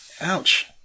Ouch